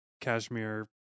cashmere